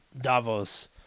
Davos